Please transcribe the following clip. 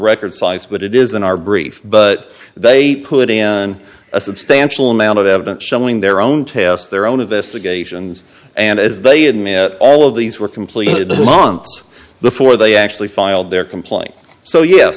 record cites but it is in our brief but they put in a substantial amount of evidence showing their own tests their own investigations and as they admit all of these were completed the months before they actually filed their complaint so ye